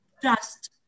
trust